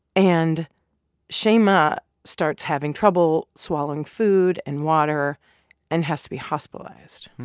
and shaima starts having trouble swallowing food and water and has to be hospitalized.